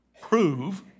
prove